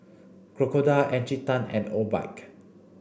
Crocodile Encik Tan and Obike